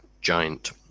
giant